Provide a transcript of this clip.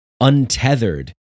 untethered